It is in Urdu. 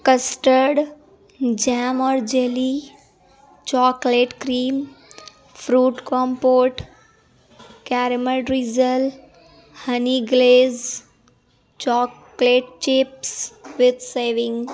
کسٹرڈ جم اور jelly chocolate cream fruit compote caramel drizzle honey glaze chocolate chips with saving